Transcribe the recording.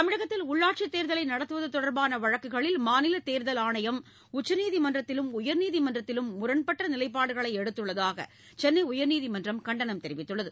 தமிழகத்தில் உள்ளாட்சித் தேர்தலை நடத்துவது தொடர்பான வழக்குகளில் மாநில தேர்தல் ஆணையம் உச்சநீதிமன்றத்திலும் உயர்நீதிமன்றத்திலும் முரண்பட்ட நிலைப்பாடுகளை எடுத்துள்ளதாக சென்னை உயர்நீதிமன்றம் கண்டனம் தெரிவித்துள்ளது